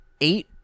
eight